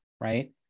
right